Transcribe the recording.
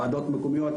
ועדות מקומיות,